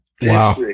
Wow